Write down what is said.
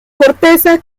corteza